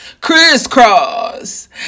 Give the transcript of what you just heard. Crisscross